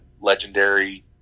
legendary